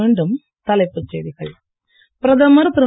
மீண்டும் தலைப்புச் செய்திகள் பிரதமர் திரு